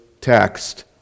text